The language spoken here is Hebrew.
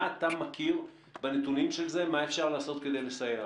מה אתה מכיר על הנתונים של העניין הזה?